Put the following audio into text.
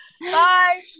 Bye